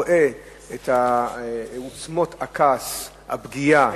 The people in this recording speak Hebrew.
ורואה את עוצמות הכעס והפגיעה,